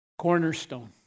cornerstone